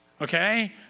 okay